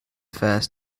first